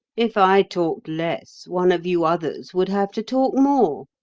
if i talked less, one of you others would have to talk more.